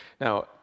Now